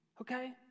Okay